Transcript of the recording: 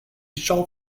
shall